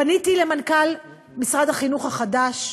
פניתי אל מנכ"ל משרד החינוך החדש,